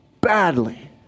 badly